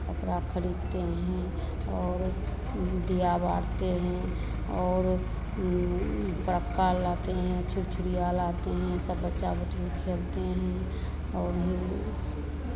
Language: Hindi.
कपड़ा खरीदते हैं और दिया बारते हैं और फटक्का लाते हैं छुरछुरिया लाते हैं सब बच्चा बुतरुक खेलते हैं और भी